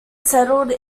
settled